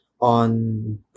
on